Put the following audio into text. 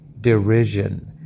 derision